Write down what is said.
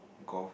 golf